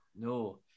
no